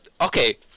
okay